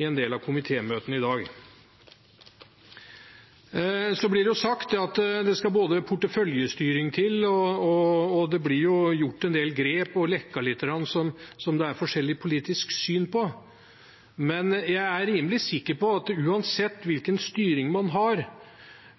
i en del av komitémøtene i dag. Det blir sagt at det skal porteføljestyring til, og det blir gjort en del grep og lekket litt som det er forskjellig politisk syn på. Men jeg er rimelig sikker på at uansett hvilken styring man har